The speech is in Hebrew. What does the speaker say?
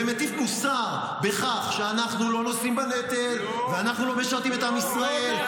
ומטיף מוסר על כך שאנחנו לא נושאים בנטל ואנחנו לא משרתים את עם ישראל.